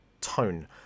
tone